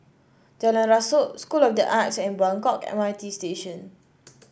Jalan Rasok School of the Arts and Buangkok M R T Station